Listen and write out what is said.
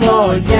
Lord